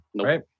right